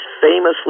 Famously